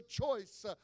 choice